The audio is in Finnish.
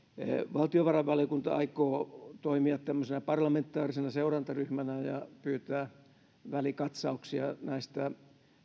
valtiovarainvaliokunta aikoo toimia tämmöisenä parlamentaarisena seurantaryhmänä ja pyytää välikatsauksia näiltä